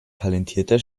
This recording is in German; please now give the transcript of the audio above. talentierter